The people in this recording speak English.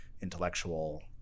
intellectual